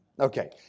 Okay